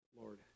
Lord